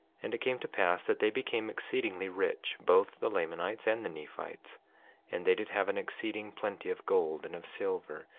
and it came to pass that they became exceedingly rich, both the lamanites and the nephites and they did have an exceeding plenty of gold, and of silver,